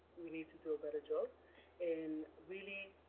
we need to do a better job in really